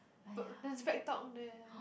but there's BreadTalk there